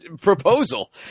proposal